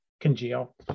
congeal